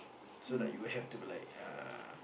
so like you will have to be like uh